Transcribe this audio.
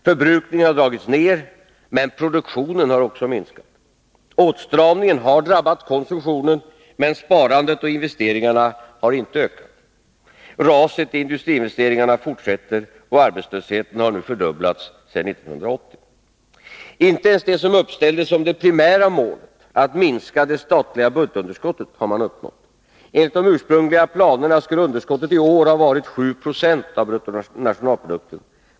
Förbrukningen har dragits ner, men produktionen har också minskat. Åtstramningen har drabbat konsumtionen, men sparandet och investeringarna har inte ökat. Raset i industriinvesteringarna fortsätter, och arbetslösheten har fördubblats sedan 1980. Inte ens det som uppställdes som det primära målet — att minska det statliga budgetunderskottet — har uppnåtts. Enligt de ursprungliga planerna skulle underskottet i år ha varit 7 20 av BNP.